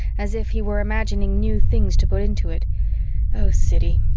as if he were imagining new things to put into it oh, siddy!